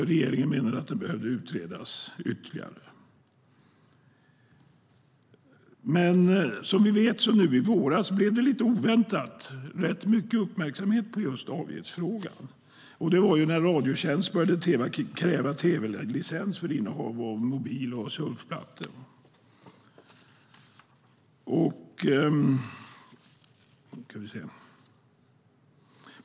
Regeringen menade att den behövde utredas ytterligare. I våras blev det lite oväntat rätt mycket uppmärksamhet för just avgiftsfrågan. Det var när Radiotjänst började kräva tv-licens för innehav av mobil och surfplatta.